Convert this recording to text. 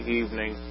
evening